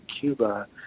Cuba